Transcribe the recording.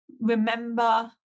remember